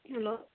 hello